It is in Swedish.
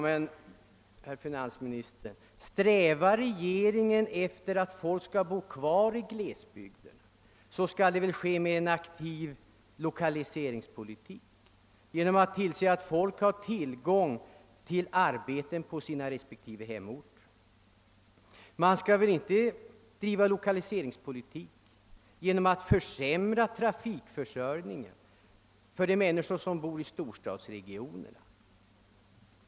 Men, herr finansminister, om regeringen vill att folk skall bo kvar i glesbygden, så skall väl detta åstadkommas med aktiv lokaliseringspolitik, alltså genom att se till att människor har tillgång till arbete på sina hemorter. Man skall väl inte då driva lokaliseringspolitik så att man försämrar trafikförsörjningen för de människor som bor i storstadsregionerna.